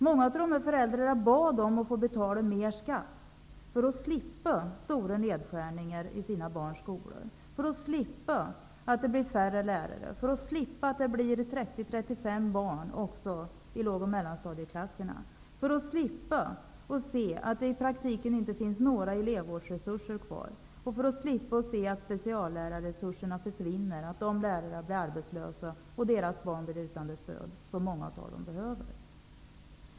Många av dessa föräldrar bad att få betala mer skatt för att slippa stora nedskärningar i sina barns skolor, för att slippa utvecklingen att det blir färre lärare, för att slippa utvecklingen att det blir 30 -- 35 barn också i låg och mellanstadieklasserna, för att slippa utvecklingen att det i praktiken inte finns några elevvårdsresurser kvar och för att slippa utvecklingen att speciallärarresurserna försvinner, att de lärarna blir arbetslösa och barnen blir utan det stöd som många av dem behöver.